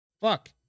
Fuck